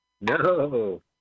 No